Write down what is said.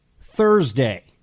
Thursday